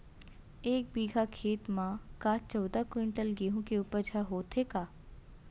एक बीघा खेत म का चौदह क्विंटल गेहूँ के उपज ह होथे का?